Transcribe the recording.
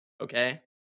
Okay